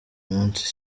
munsi